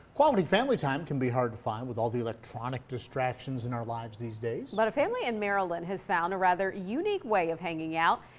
quality family time can be hard fine with all the electronic distractions in our lives these but family in maryland has found a rather unique way of hanging out.